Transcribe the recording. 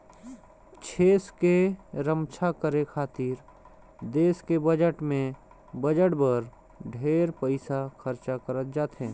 छेस के रम्छा करे खातिर देस के बजट में बजट बर ढेरे पइसा खरचा करत जाथे